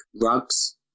rugs